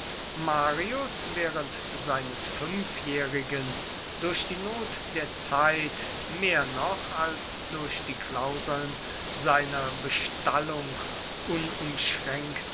marius während seines fünfjährigen durch die not der zeit mehr noch als durch die klauseln seiner bestallung